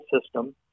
system